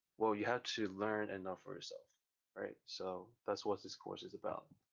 well you have to learn enough for yourself. alright so that's what this course is about.